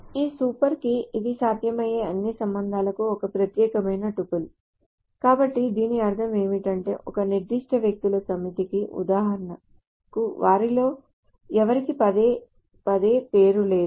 ఈ super key ఇది సాధ్యమయ్యే అన్ని సంబంధాలకు ఒక ప్రత్యేకమైన టుపుల్ కాబట్టి దీని అర్థం ఏమిటంటే ఒక నిర్దిష్ట వ్యక్తుల సమితికి ఉదాహరణకు వారి లో ఎవరికీ పదేపదే పేరు లేదు